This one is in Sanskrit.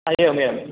एवमेवम्